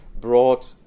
brought